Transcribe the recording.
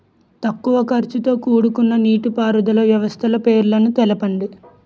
తక్కువ ఖర్చుతో కూడుకున్న నీటిపారుదల వ్యవస్థల పేర్లను తెలపండి?